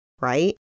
right